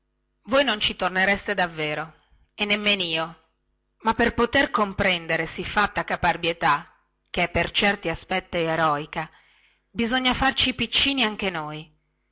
voi non ci tornereste davvero e nemmen io ma per poter comprendere siffatta caparbietà che è per certi aspetti eroica bisogna farci piccini anche noi